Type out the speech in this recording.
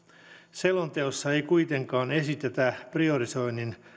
selonteossa ei kuitenkaan esitetä priorisoinnin